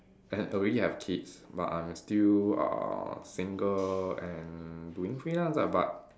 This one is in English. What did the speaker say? and already have kids but I'm still uh single and doing freelance ah but